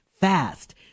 fast